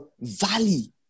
valley